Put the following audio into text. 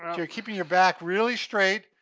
you're keeping your back really straight,